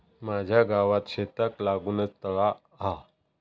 माझ्या गावात शेताक लागूनच तळा हा